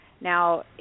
Now